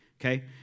Okay